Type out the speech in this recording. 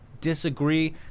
disagree